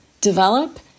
develop